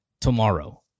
tomorrow